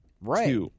Right